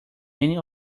many